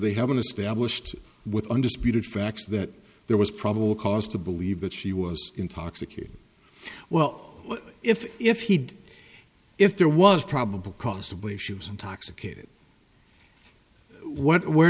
they haven't established with undisputed facts that there was probable cause to believe that she was intoxicated well if if he did if there was probable cause to believe she was intoxicated what where